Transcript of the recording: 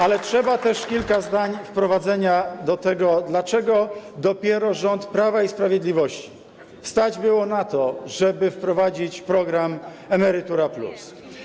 Ale trzeba też kilka zdań wprowadzenia to tego, dlaczego dopiero rząd Prawa i Sprawiedliwości stać było na to, żeby wprowadzić program „Emerytura+”